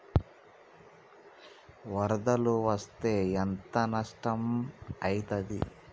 వరదలు వస్తే ఎంత నష్టం ఐతది?